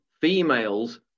females